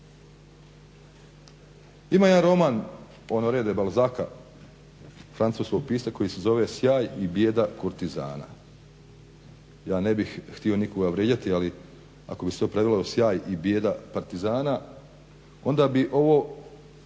Ima jedan roman Honore De Balzaca, francuskog pisca koji se zove "Sjaj i bijeda kurtizana". Ja ne bih htio nikoga vrijeđati ali ako bi se to prevelo sjaj i bijeda partizana onda bi ovo